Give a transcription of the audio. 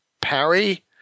parry